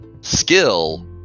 skill